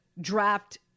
draft